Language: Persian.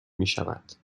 میشود